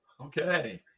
Okay